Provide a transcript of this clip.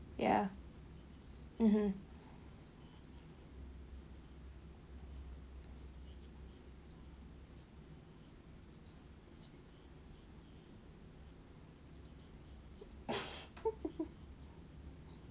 ya mmhmm